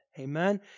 Amen